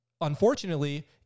unfortunately